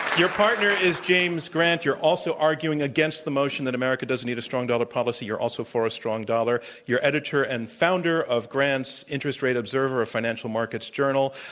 your partner is james grant. you're also arguing against the motion that america doesn't need a strong dollar policy. you're also for a strong dollar. you're editor and founder of grant's interest rate observer a financial markets journal.